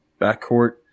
backcourt